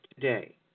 today